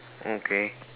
okay